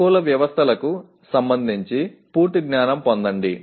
అనుకూల వ్యవస్థలకు సంబంధించి పూర్తి జ్ఞానం పొందండి